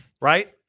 Right